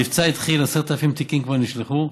המבצע התחיל, 10,000 תיקים כבר נשלחו,